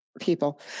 people